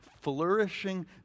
Flourishing